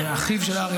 אחיו של ארי,